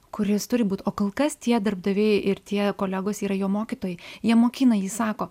kuris turi būt o kol kas tie darbdaviai ir tie kolegos yra jo mokytojai jie mokina ji sako